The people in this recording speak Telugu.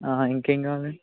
ఇంకేం కావాలండి